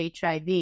HIV